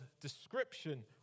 description